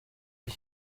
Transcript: iyi